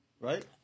right